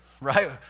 right